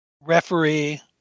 referee